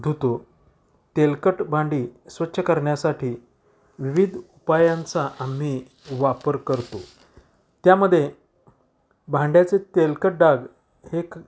धुतो तेलकट भांडी स्वच्छ करण्यासाठी विविध उपायांचा आम्ही वापर करतो त्यामध्ये भांड्याचे तेलकट डाग हे एक